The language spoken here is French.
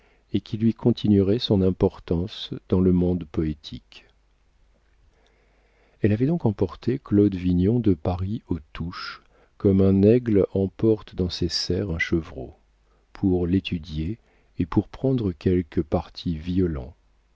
et qui lui continuerait son importance dans le monde poétique elle avait donc emporté claude vignon de paris aux touches comme un aigle emporte dans ses serres un chevreau pour l'étudier et pour prendre quelque parti violent